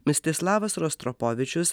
mistislavas rostropovičius